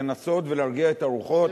לנסות ולהרגיע את הרוחות,